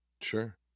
Sure